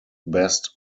best